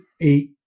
eight